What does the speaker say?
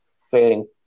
failing